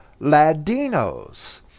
Ladinos